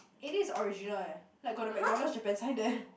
it is original leh like got the McDonald Japan sign there